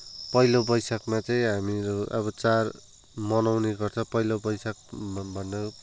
पहिलो वैशाखमा चाहिँ हामीहरू अब चाड मनाउने गर्छ पहिलो वैशाख भन्नु